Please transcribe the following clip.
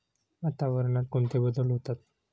वातावरणात कोणते बदल होतात?